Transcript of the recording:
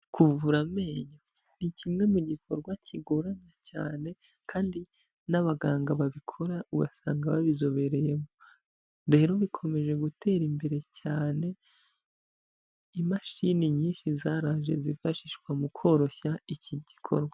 Kuvura amenyo ni kimwe mu gikorwa kigorana cyane kandi n'abaganga babikora ugasanga babizobereyemo, rero bikomeje gutera imbere cyane, imashini nyinshi zaraje zifashishwa mu koroshya iki gikorwa.